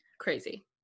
Crazy